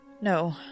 No